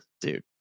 dude